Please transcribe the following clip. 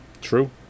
True